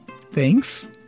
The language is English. Thanks